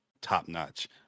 top-notch